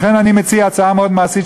לכן אני מציע הצעה מאוד מעשית,